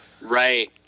Right